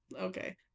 Okay